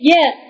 Yes